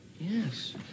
Yes